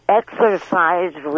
exercise